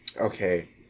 okay